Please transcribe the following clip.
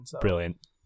Brilliant